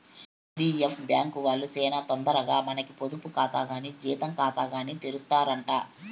HDFC bank వాల్లు సేనా తొందరగా మనకి పొదుపు కాతా కానీ జీతం కాతాగాని తెరుస్తారట